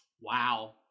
wow